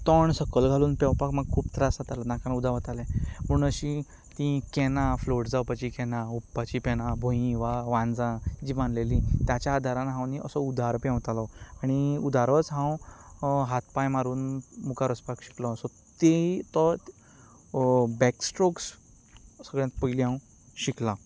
तोंड सकयल घालून पेंवपाक म्हाका खूब त्रास जातालो नाकांत उदक वतालें पूण अशीं तीं कॅनां फ्लोट जावपाची कॅनां उफेवपाचीं कॅनां बोयीं वा वांजा जीं बांदिल्लीं तांच्या आदारांत हांव न्हय असो उदारो पेंवतालो आनी उदारोच हांव हात पांय मारून मुखार वचपाक शिकलो सो ती तो हो बॅक्स्ट्रोक सगळ्यांत पयलीं हांव शिकलां